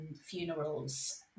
funerals